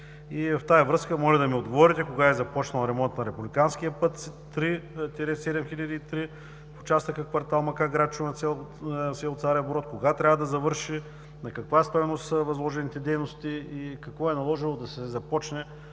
В тази връзка, моля да ми отговорите кога е започнал ремонтът на републикански път III-7003 в участъка „Квартал „Макак“, град Шумен – село Царев брод“? Кога трябва да завърши? На каква стойност са възложените дейности и какво е наложило да се започне